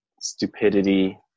stupidity